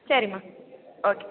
சரிம்மா ஓகே